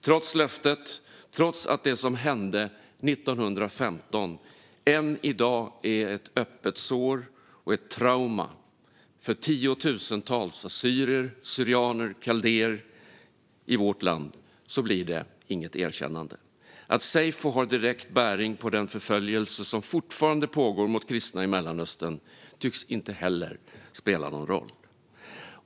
Trots löftet, trots att det som hände 1915 än i dag är ett öppet sår och ett trauma för tiotusentals assyrier, syrianer och kaldéer i vårt land, blir det inget erkännande. Att seyfo har direkt bäring på den förföljelse av kristna i Mellanöstern som fortfarande pågår tycks inte heller spela någon roll.